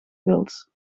wild